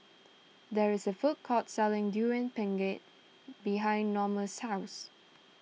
there is a food court selling Durian Pengat behind Norma's house